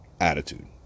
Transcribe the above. Attitude